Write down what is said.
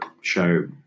show